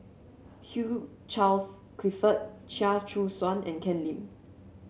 Hugh Charles Clifford Chia Choo Suan and Ken Lim